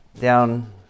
down